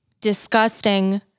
disgusting